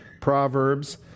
Proverbs